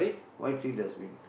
why three dustbin